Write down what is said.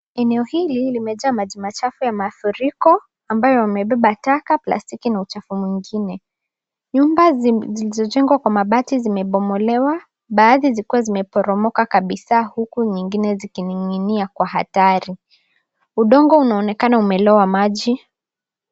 Eneo hili limejaa maji machafu ya mafuriko ambayo yamebeba taka plastiki na uchafu mwingine nyumba zilizojengwa kwa mabati zimebomolewa baadhi zikiwa zimeporomoka kabisa huku zingine zikininginia kwa hatari udongo unaonekana umelowa maji.